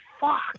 fuck